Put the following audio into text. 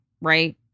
Right